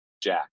Jack